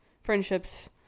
friendships